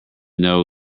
know